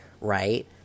Right